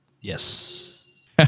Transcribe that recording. Yes